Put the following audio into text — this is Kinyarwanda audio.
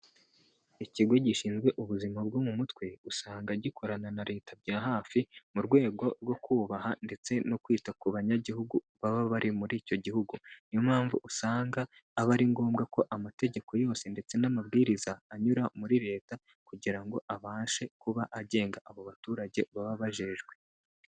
Ikigo gishinzwe ubuzima bwo mu mutwe, usanga gikorana na leta bya hafi, mu rwego rwo kubaha ndetse no kwita ku banyagihugu, baba bari muri icyo gihugu. Niyo mpamvu usanga aba ari ngombwa ko amategeko yose ndetse n'amabwiriza anyura muri leta, kugira ngo abashe kuba agenga abo baturage, baba bejejwe.